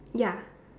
ya